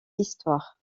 histoire